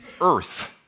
earth